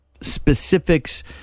specifics